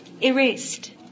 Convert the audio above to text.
erased